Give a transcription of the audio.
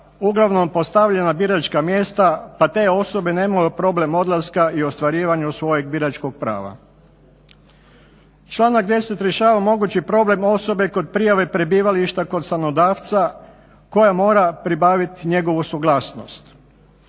uglavnom postavljena biračka mjesta pa te osobe nemaju problem odlaska i ostvarivanju svojeg biračkog prava. Članka 10. rješava mogući problem osobe kod prijave prebivališta kod stanodavca koja mora pribaviti njegovu suglasnost.